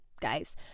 guys